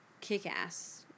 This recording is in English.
kick-ass